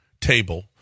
table